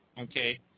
Okay